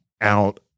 out